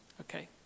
okay